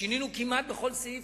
שינינו כמעט בכל סעיף,